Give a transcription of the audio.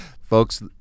Folks